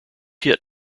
hit